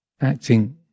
acting